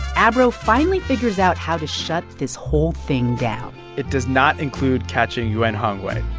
abro finally figures out how to shut this whole thing down it does not include catching yuan hongwei.